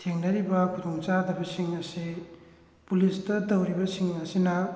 ꯊꯦꯡꯅꯔꯤꯕ ꯈꯨꯗꯣꯡ ꯆꯥꯗꯕꯁꯤꯡ ꯑꯁꯤ ꯄꯨꯂꯤꯁꯇ ꯇꯧꯔꯤꯕꯁꯤꯡ ꯑꯁꯤꯅ